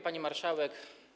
Pani Marszałek!